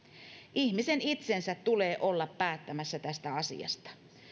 ihmisen itsensä tulee olla päättämässä tästä asiasta